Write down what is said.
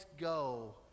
go